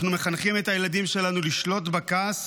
אנחנו מחנכים את הילדים שלנו לשלוט בכעס